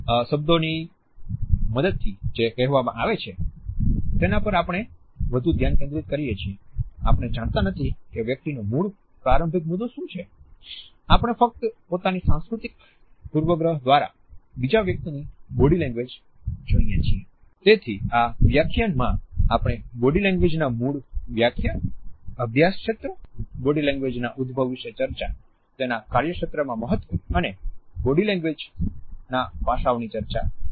તેથી આ વ્યાખ્યાનમાં આપણે બોડી લેંગ્વેજની મૂળ વ્યાખ્યા અભ્યાસના ક્ષેત્રે બોડી લેન્ગવેજ ના અભ્યાસ ક્ષેત્ર માં સમયાંતરે થયેલ ઉદભવ વિશે ચર્ચા કરી તેનુ કાર્યક્ષેત્રમાં મહત્વ અને બોડી લેન્ગવેજ ના પાસાઓની ચર્ચા કરી